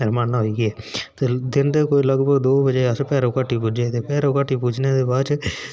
रवाना होई ग दिन दे कोई लगभग दौं बजे अस भैरो घाटी पुज्जे ते भैरो घाटी पुज्जने दे बाद